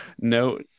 no